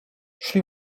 szli